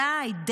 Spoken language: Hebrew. די.